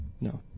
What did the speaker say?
no